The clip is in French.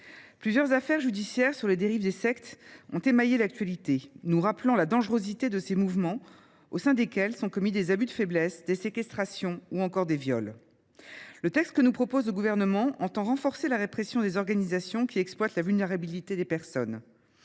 Plusieurs affaires judiciaires découlant de dérives sectaires ont émaillé l’actualité, nous rappelant la dangerosité de ces mouvements, au sein desquels sont commis des abus de faiblesse, des séquestrations ou encore des viols. Le texte que nous propose le Gouvernement tend à renforcer la répression contre les organisations qui exploitent la vulnérabilité des personnes.